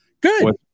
Good